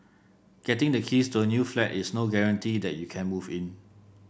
getting the keys to a new flat is no guarantee that you can move in